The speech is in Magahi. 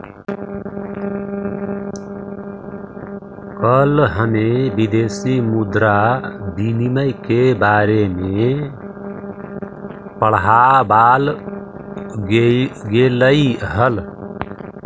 कल हमें विदेशी मुद्रा विनिमय के बारे में पढ़ावाल गेलई हल